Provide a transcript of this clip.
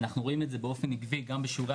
ואני רואים את זה באופן עקבי גם בשיעורי